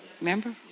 Remember